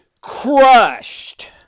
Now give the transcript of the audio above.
crushed